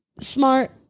Smart